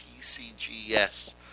PCGS